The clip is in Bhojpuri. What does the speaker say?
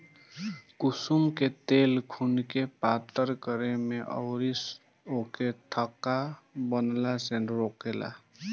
कुसुम के तेल खुनके पातर करे में अउरी ओके थक्का बनला से रोकेला